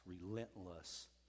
relentless